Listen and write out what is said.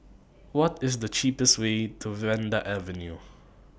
What IS The cheapest Way to Vanda Avenue